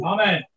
Amen